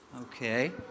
Okay